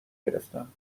گرفتم